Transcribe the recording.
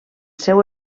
seu